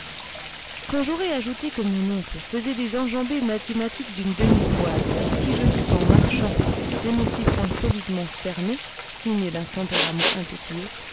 quand j'aurai ajouté que mon oncle faisait des enjambées mathématiques d'une demi toise et si je dis qu'en marchant il tenait ses poings solidement fermés signe d'un tempérament impétueux